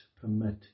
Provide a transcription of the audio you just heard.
permit